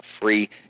free